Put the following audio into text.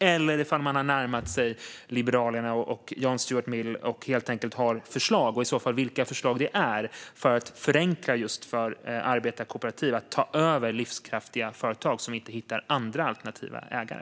Eller har man närmat sig Liberalerna och John Stuart Mill och har egna förslag - och i så fall vilka - för att förenkla just för arbetarkooperativ att ta över livskraftiga företag som inte hittar andra alternativa ägare?